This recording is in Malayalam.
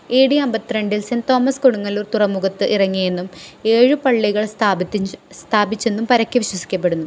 എ ഡി അമ്പത്തി രണ്ടില് സെന്റ് തോമസ് കൊടുങ്ങല്ലൂർ തുറമുഖത്ത് ഇറങ്ങിയെന്നും ഏഴു പള്ളികൾ സ്ഥാപിച്ചെന്നും പരക്കെ വിശ്വസിക്കപ്പെടുന്നു